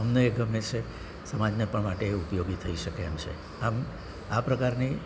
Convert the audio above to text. અમને એ ગમે છે સમાજને પણ માટે એ ઉપયોગી થઈ શકે એમ છે આમ આ પ્રકારની